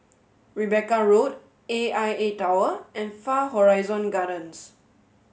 Rebecca Road A I A Tower and Far Horizon Gardens